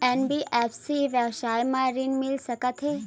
NBFC व्यवसाय मा ऋण मिल सकत हे